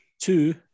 Two